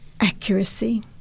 accuracy